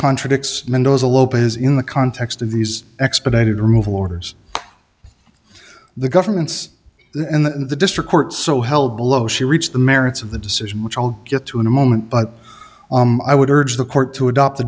contradicts mendoza lopez in the context of these expedited removal orders the government's in the district court so held below she reached the merits of the decision which i'll get to in a moment but i would urge the court to adopt